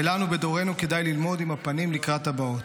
ולנו בדורנו כדאי ללמוד עם הפנים לקראת הבאות: